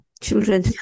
children